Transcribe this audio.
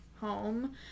home